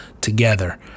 together